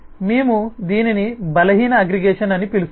మేము దీనిని బలహీన అగ్రిగేషన్ అని పిలుస్తాము